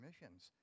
missions